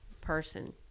person